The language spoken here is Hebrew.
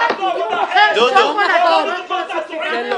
אדוני, אמרתם לי תחפשו עבודה אחרת.